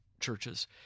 churches